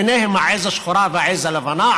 ובהם העז השחורה והעז הלבנה,